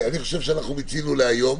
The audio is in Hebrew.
אני חושב שאנחנו מיצינו להיום.